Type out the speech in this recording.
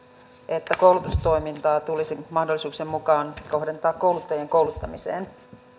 että koulutustoimintaa tulisi mahdollisuuksien mukaan kohdentaa kouluttajien kouluttamiseen